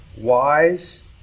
wise